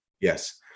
Yes